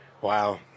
Wow